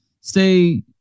stay